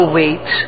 wait